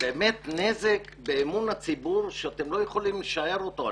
ופוגע באמון הציבור שאתם לא יכולים לשער אותו.